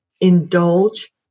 indulge